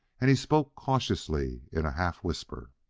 and he spoke cautiously in a half-whisper